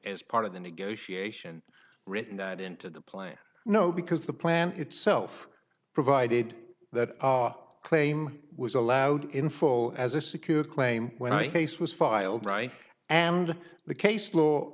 as part of the negotiation written that into the plan no because the plan itself provided that our claim was allowed in full as a secure claim when i face was filed right and the case law